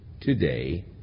today